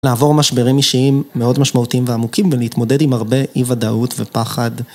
לעבור משברים אישיים מאוד משמעותיים ועמוקים ולהתמודד עם הרבה אי ודאות ופחד